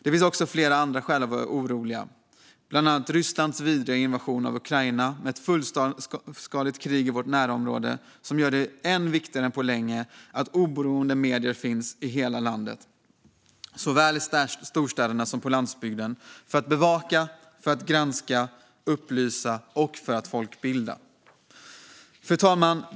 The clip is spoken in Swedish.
Det finns också flera andra skäl att vara orolig, bland annat Rysslands vidriga invasion av Ukraina med ett fullskaligt krig i vårt närområde som gör det viktigare än på länge att oberoende medier finns i hela landet, såväl i storstäderna som på landsbygden, för att bevaka, granska, upplysa och folkbilda. Fru talman!